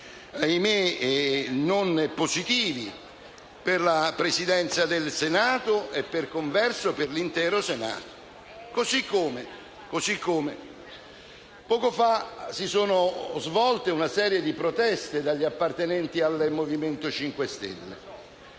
ahimè non positivi, per la Presidenza del Senato e, per converso, per l'intero Senato. Così come poco fa si sono svolte una serie di proteste dagli appartenenti al Movimento 5 Stelle.